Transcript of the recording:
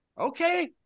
Okay